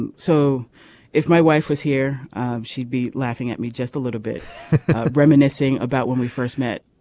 and so if my wife was here she'd be laughing at me just a little bit reminiscing about when we first met.